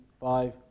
five